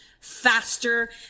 faster